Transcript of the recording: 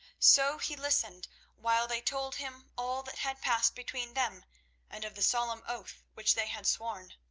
so he listened while they told him all that had passed between them and of the solemn oath which they had sworn.